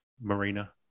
Marina